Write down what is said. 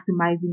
maximizing